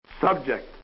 subject